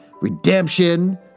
Redemption